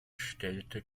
stellte